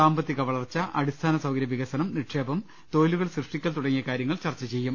സാമ്പത്തിക വളർച്ച അടിസ്ഥാനസൌകരൃ വികസനം നിക്ഷേപം തൊഴിലുകൾ സൃഷ്ടിക്കൽ തുടങ്ങിയ കാര്യങ്ങൾ ചർച്ച ചെയ്യും